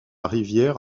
rivière